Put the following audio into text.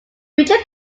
future